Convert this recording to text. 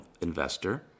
investor